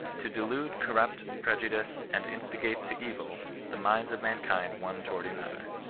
to delude, corrupt, prejudice, and instigate to evil the minds of mankind one toward another.